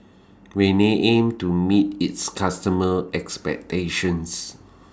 Rene aims to meet its customers' expectations